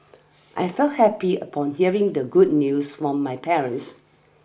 I felt happy upon hearing the good news from my parents